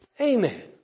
Amen